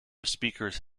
speakers